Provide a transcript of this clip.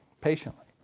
patiently